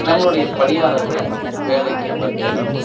நம்மளுடைய பணியாளர்களை வேலைக்கு அமர்த்தி